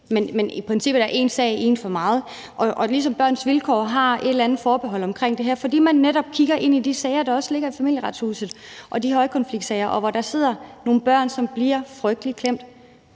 Men i princippet er én sag én for meget. Og ligesom Børns Vilkår har et eller andet forbehold over for det her, fordi man netop ser de sager og højkonfliktsager, der ligger i Familieretshuset, hvor der er nogle børn, som bliver frygtelig klemt,